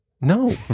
no